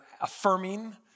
affirming